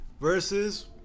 versus